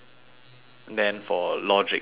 then for logic for once